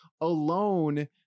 alone